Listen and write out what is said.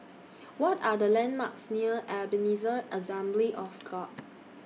What Are The landmarks near Ebenezer Assembly of God